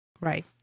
Right